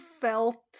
felt